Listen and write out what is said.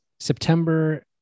September